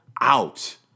out